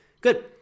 Good